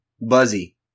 buzzy